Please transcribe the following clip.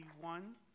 one